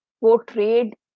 portrayed